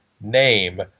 name